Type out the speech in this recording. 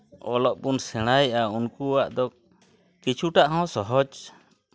ᱚᱞᱚᱜ ᱵᱚᱱ ᱥᱮᱬᱟᱭᱮᱫᱟ ᱩᱱᱠᱩᱣᱟᱜ ᱫᱚ ᱠᱤᱪᱷᱩᱴᱟ ᱦᱚᱸ ᱥᱚᱦᱚᱡᱽ